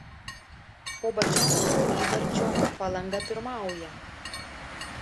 po bačanskio įvarčio palanga pirmauja